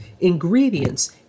ingredients